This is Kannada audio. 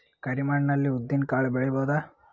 ಕರಿ ಮಣ್ಣ ಅಲ್ಲಿ ಉದ್ದಿನ್ ಕಾಳು ಬೆಳಿಬೋದ?